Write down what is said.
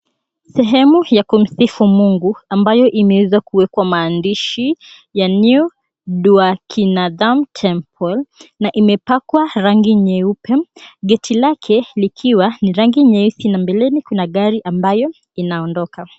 Sehemu ya kumsifu mungu ambayo imeweza kuwekwa maandishi ya NEW DWARIKADHAM TEMPLE, na imepakwa rangi nyeupe, geti lake likiwa na rangi nyeusi, na mbeleni kuna gari ambayo inaondoka.